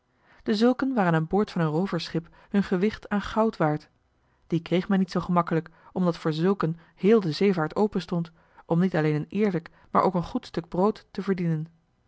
dezulken waren aan boord van een rooversschip hun gewicht aan goud waard die kreeg men niet zoo gemakkelijk omdat voor zulken heel de zeevaart open stond om niet alleen een eerlijk maar ook een goed stuk brood te verdienen